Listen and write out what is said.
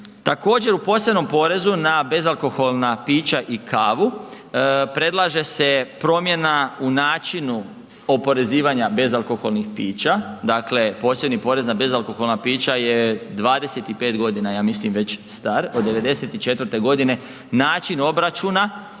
Također, u posebnom porezu na bezalkoholna pića i kavu, predlaže se promjena u načinu oporezivanja bezalkoholnih pića, dakle, posebni porez na bezalkoholna pića je 25 godina, ja mislim već star, od 94. g. način obračuna